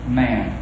man